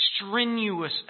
strenuous